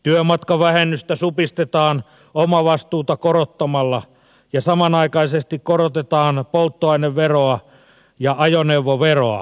työmatkavähennystä supistetaan omavastuuta korottamalla ja samanaikaisesti korotetaan polttoaineveroa ja ajoneuvoveroa